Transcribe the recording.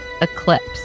Eclipse